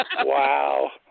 Wow